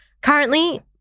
Currently